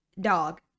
dog